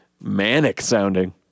manic-sounding